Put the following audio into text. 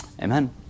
Amen